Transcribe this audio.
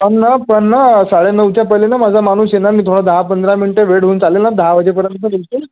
पण ना पण ना साडे नऊच्या पहिले ना माझा माणूस येईन ना मी थोडा दहा पंधरा मिनटं वेळ होऊ चालेल ना दहा वाजे पर्यंत येतील